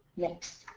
next.